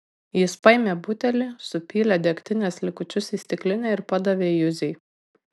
jis paėmė butelį supylė degtinės likučius į stiklinę ir padavė juzei